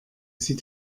sie